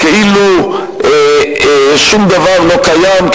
כאילו שום דבר לא קיים,